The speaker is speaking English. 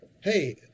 Hey